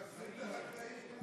מחסלים את החקלאים.